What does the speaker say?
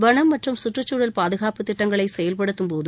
வளம் மற்றும் சுற்றுச் சூழல் பாதுகாப்பு திட்டங்களை செயல்படுத்தும்போது